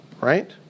right